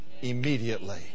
immediately